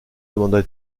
demanda